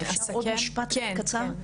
עוד משפט קצר.